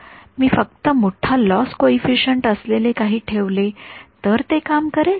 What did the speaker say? मी फक्त मोठा loss coefficient असलेले काही ठेवले तर ते काम करेल